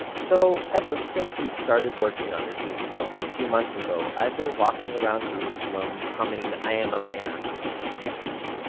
so, ever since we've started working on this musical, a few months ago, i've been walking around jerusalem, humming i am a man, to myself.